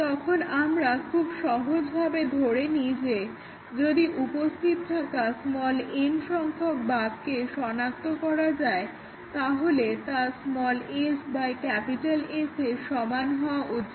তখন আমরা খুব সহজভাবে ধরে নিই যে যদি উপস্থিত থাকা n সংখ্যাক বাগকে সনাক্ত করা যায় তাহলে তা s S এর সমান হওয়া উচিত